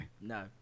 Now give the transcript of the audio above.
no